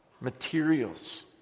materials